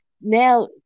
Now